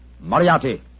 Moriarty